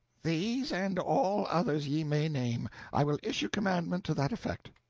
these and all others ye may name. i will issue commandment to that effect.